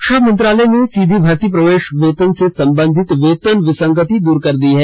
रक्षा मंत्रालय ने सीधी भर्ती प्रवेश वेतन से संबंधित वेतन विसंगति दूर कर दी है